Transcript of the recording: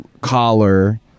collar